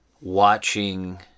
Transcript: watching